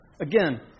Again